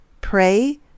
pray